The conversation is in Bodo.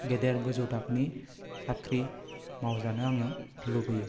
गेदेर गोजौ थाखोनि साख्रि मावजानो आङो लुबैयो